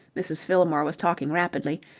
mrs. fillmore was talking rapidly,